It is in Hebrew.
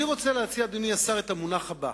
אני רוצה להציע, אדוני השר, את המונח הבא: